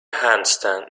handstand